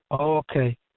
Okay